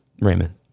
Raymond